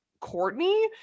Courtney